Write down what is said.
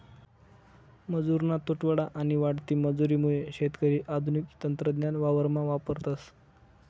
मजुरना तुटवडा आणि वाढती मजुरी मुये शेतकरी आधुनिक तंत्रज्ञान वावरमा वापरतस